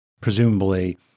presumably